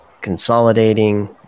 Consolidating